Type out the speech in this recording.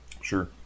sure